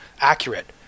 accurate